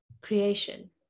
creation